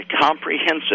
comprehensive